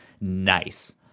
nice